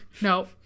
no